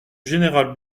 général